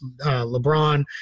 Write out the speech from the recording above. LeBron